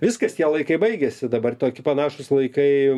viskas tie laikai baigėsi dabar toki panašūs laikai